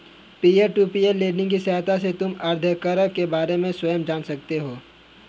peer to peer lending की सहायता से तुम उधारकर्ता के बारे में स्वयं जान सकते हो